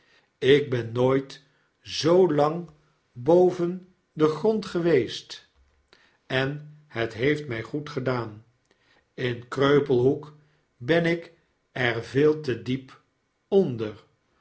ik ben nooit zoo lang boven den grond geweest en het heeft my goedgedaan in kreupelhoek ben ik er veel te diep onder